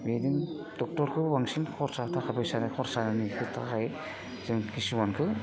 बेजों ड'क्टरखो बांसिन खरसा थाखा फैसानि खरसानि थाखाय जों किसुमानखो